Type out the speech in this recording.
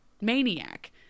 maniac